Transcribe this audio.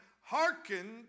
hearken